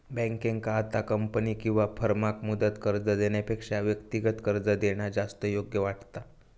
बँकेंका आता कंपनी किंवा फर्माक मुदत कर्ज देण्यापेक्षा व्यक्तिगत कर्ज देणा जास्त योग्य वाटता